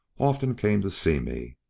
often came to see me.